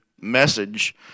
message